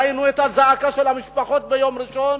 ראינו את הזעקה של המשפחות ביום ראשון,